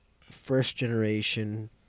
first-generation